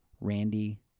Randy